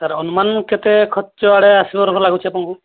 sir ଅନୁମାନ କେତେ ଖର୍ଚ୍ଚ ଆଡ଼େ ଆସିବ ଲାଗୁଛି ଆପଣଙ୍କୁ